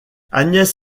agnès